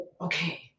Okay